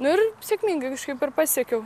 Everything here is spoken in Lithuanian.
nu ir sėkmingai kažkaip ir pasiekiau